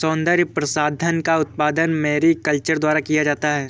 सौन्दर्य प्रसाधन का उत्पादन मैरीकल्चर द्वारा किया जाता है